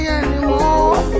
anymore